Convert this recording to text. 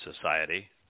Society